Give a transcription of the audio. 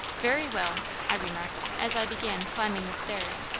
very well, i remarked, as i began climbing the stairs,